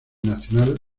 nacional